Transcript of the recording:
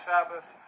Sabbath